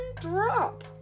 drop